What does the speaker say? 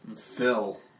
Phil